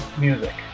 music